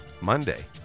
Monday